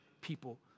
people